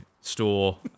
store